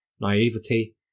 naivety